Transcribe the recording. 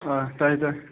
ꯑꯥ ꯇꯥꯏ ꯇꯥꯏ